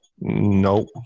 nope